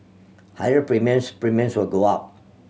higher premiums Premiums will go up